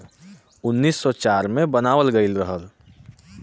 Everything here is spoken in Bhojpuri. उन्नीस सौ चार मे बनावल गइल रहल